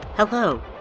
Hello